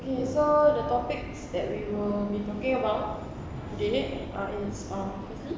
okay so the topics that we will be talking today ah it's um firstly